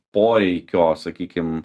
poreikio sakykim